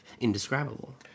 indescribable